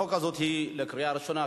הצעת החוק הזאת היא לקריאה ראשונה,